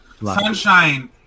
Sunshine